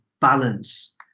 balance